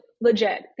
Legit